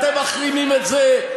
לכו תיקחו שיעורים אצל חבר הכנסת הרצוג,